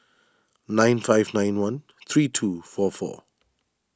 nine five nine one three two four four